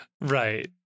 Right